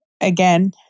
again